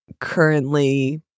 currently